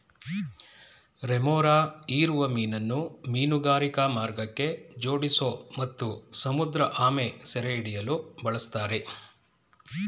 remora ಹೀರುವ ಮೀನನ್ನು ಮೀನುಗಾರಿಕಾ ಮಾರ್ಗಕ್ಕೆ ಜೋಡಿಸೋ ಮತ್ತು ಸಮುದ್ರಆಮೆ ಸೆರೆಹಿಡಿಯಲು ಬಳುಸ್ತಾರೆ